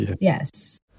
Yes